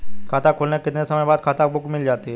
खाता खुलने के कितने समय बाद खाता बुक मिल जाती है?